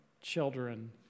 children